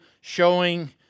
showing